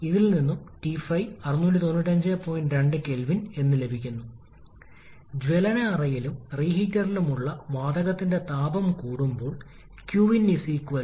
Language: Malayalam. സാധ്യമായ ഏറ്റവും കുറഞ്ഞ വർക്ക് ഇൻപുട്ട് ആവശ്യകത ലഭിക്കുന്നതിന് രണ്ട് ഘട്ടങ്ങളിലുമുള്ള സമ്മർദ്ദ അനുപാതം പരസ്പരം തുല്യമായിരിക്കണം